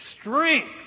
Strength